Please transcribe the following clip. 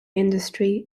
industry